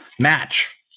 Match